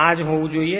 આ જ હોવું જોઈએ